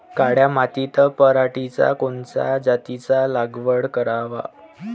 काळ्या मातीत पराटीच्या कोनच्या जातीची लागवड कराव?